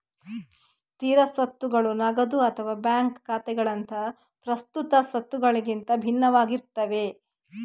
ಸ್ಥಿರ ಸ್ವತ್ತುಗಳು ನಗದು ಅಥವಾ ಬ್ಯಾಂಕ್ ಖಾತೆಗಳಂತಹ ಪ್ರಸ್ತುತ ಸ್ವತ್ತುಗಳಿಗಿಂತ ಭಿನ್ನವಾಗಿರ್ತವೆ